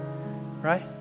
right